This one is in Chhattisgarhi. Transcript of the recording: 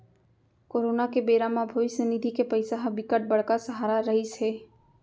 कोरोना के बेरा म भविस्य निधि के पइसा ह बिकट बड़का सहारा रहिस हे